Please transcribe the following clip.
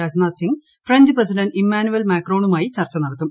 Rajnath Singh French president Emmanuel മാക്രോണുമായി ചർച്ച നടത്തും